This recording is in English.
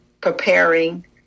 preparing